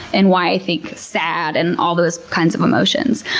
and why, i think, sad and all those kinds of emotions.